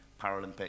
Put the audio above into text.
Paralympic